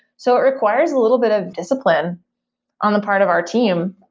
so it requires a little bit of discipline on the part of our team.